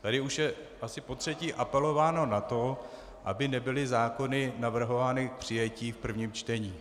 Tady už je asi potřetí apelováno na to, aby nebyly zákony navrhovány k přijetí v prvním čtení.